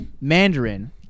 Mandarin